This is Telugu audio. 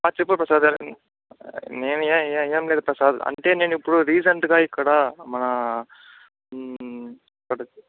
చెప్పు ప్రసాద్ నేను ఏం ఏం లేదు ప్రసాద్ అంటే నేను ఇప్పుడు రిసెంట్గా ఇక్కడ మన